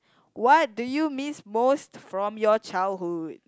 what do you miss most from your childhood